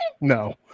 No